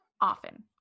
Often